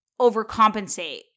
overcompensate